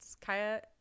Kaya